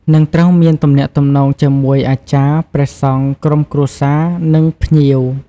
និងត្រូវមានទំនាក់ទំនងជាមួយអាចារ្យ ព្រះសង្ឃ ក្រុមគ្រួសារ និងភ្ញៀវ។